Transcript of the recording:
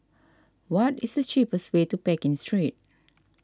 what is the cheapest way to Pekin Street